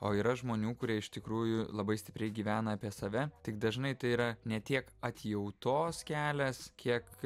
o yra žmonių kurie iš tikrųjų labai stipriai gyvena apie save tik dažnai tai yra ne tiek atjautos kelias kiek